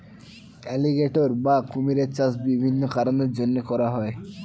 alligator বা কুমিরের চাষ বিভিন্ন কারণের জন্যে করা হয়